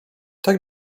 tak